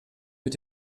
mit